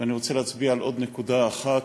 ואני רוצה להצביע על עוד נקודה אחת,